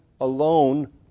alone